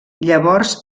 llavors